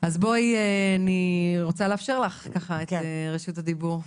אז אני רוצה לאפשר לך את רשות הדיבור,